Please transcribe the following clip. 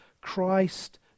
Christ